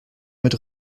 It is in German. mit